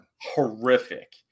horrific